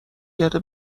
گرده